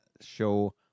show